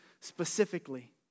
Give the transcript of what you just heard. specifically